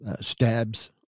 stabs